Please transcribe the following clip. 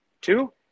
Two